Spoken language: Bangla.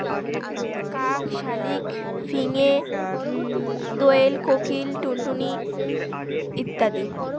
কাক শালিক ফিঙে দোয়েল কোকিল টুনটুনি ইত্যাদি